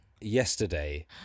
yesterday